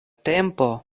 tempo